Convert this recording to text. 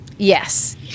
Yes